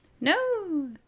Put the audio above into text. No